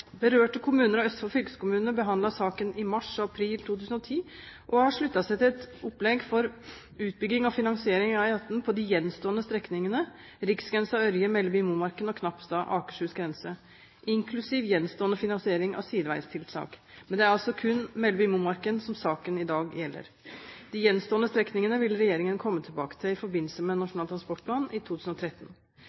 Berørte kommuner og Østfold fylkeskommune behandlet saken i mars og april 2010 og har sluttet seg til et opplegg for utbygging og finansiering av E18 på de gjenstående strekningene Riksgrensen–Ørje, Melleby–Momarken og Knapstad–Akershus grense, inklusiv gjenstående finansiering av sideveistiltak. Men det er altså kun Melleby–Momarken som saken i dag gjelder. De gjenstående strekningene vil regjeringen komme tilbake til i forbindelse med Nasjonal transportplan i 2013.